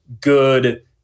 good